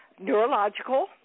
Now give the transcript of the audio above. neurological